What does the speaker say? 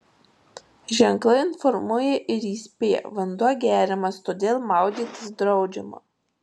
ženklai informuoja ir įspėja vanduo geriamas todėl maudytis draudžiama